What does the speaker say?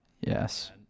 Yes